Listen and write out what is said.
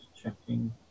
checking